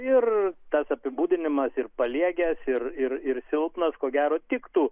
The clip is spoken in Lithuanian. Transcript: ir tas apibūdinimas ir paliegęs ir ir ir silpnas ko gero tiktų